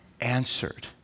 answered